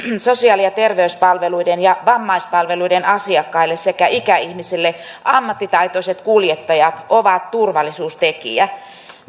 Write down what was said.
sosiaali ja terveyspalveluiden asiakkaille vammaispalveluiden asiakkaille sekä ikäihmisille ammattitaitoiset kuljettajat ovat turvallisuustekijä